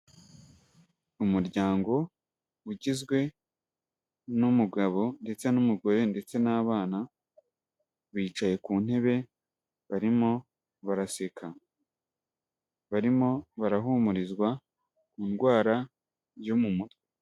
Umuryango ugizwe n’umugabo ndetse n'umugore ndetse n'abana, bicaye ku ntebe barimo baraseka, barimo barahumurizwa ku ndwara yo mu mutwe.